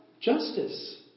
justice